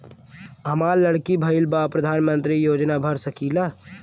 हमार लड़की भईल बा प्रधानमंत्री योजना भर सकीला?